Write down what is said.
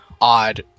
odd